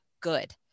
good